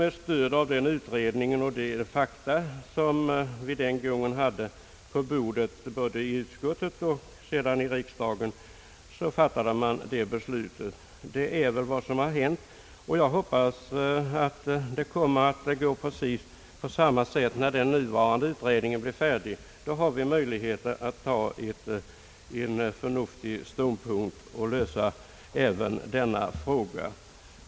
Med stöd av den utredningen och de fakta som vi den gången hade på bordet, både i utskottet och sedan i riksdagen, så fattade vi beslutet. Jag hoppas att det kommer att gå precis på samma sätt när den nu sittande utredningen blir färdig. Då får vi möjlighet att ta ståndpunkt och lösa även denna fråga.